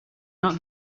not